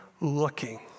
looking